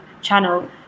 channel